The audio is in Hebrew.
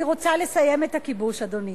אני רוצה לסיים את הכיבוש, אדוני,